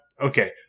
Okay